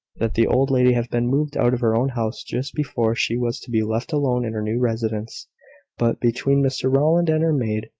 that the old lady had been moved out of her own house just before she was to be left alone in her new residence but, between mr rowland and her maid,